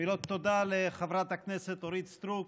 מילות תודה לחברת הכנסת אורית סטרוק,